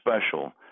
special